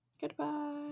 Goodbye